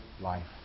life